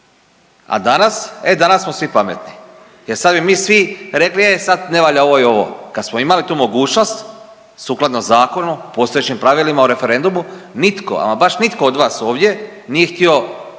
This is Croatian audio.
a danas? E danas smo svi pametni, jer sad bi mi svi rekli e sad ne valja ovo i ovo. Kad smo imali tu mogućnost sukladno zakonu, postojećim pravilima o referendumu, nitko ama baš nitko od vas ovdje nije htio